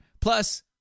Plus